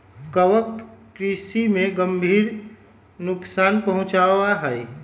कवक कृषि में गंभीर नुकसान पहुंचावा हई